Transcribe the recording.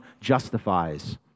justifies